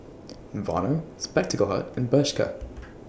Vono Spectacle Hut and Bershka